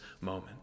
moment